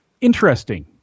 interesting